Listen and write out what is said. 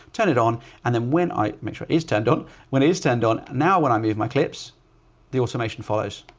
turn it on. and then when i make sure it is turned on when it is turned on, now when i move my clips the automation follows,